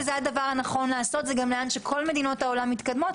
וזה הדבר הנכון לעשות מכיוון שכל מדינות העולם מתקדמות,